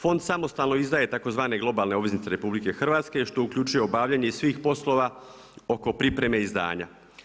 Fond samostalno izdaje tzv. globalne obveznice RH, što uključuje obavljanje svih poslova oko pripreme i izdanja.